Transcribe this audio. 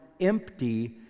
empty